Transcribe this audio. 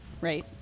Right